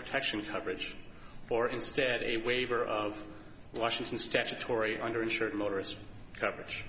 protection coverage or instead a waiver of washington statutory under insured motorist coverage